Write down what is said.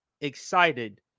excited